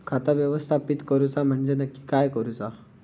खाता व्यवस्थापित करूचा म्हणजे नक्की काय करूचा?